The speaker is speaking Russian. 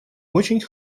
очень